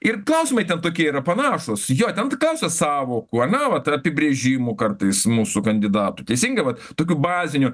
ir klausimai ten tokie yra panašūs jo ten tik klausia sąvokų ar ne vat apibrėžimų kartais mūsų kandidatų teisingai vat tokių bazinių